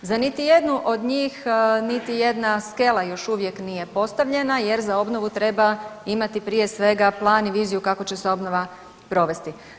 Za niti jednu od njih niti jedna skela još uvijek nije postavljena jer za obnovu treba imati prije svega plan i viziju kako će se obnova provesti.